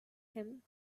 him